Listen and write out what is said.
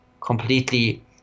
completely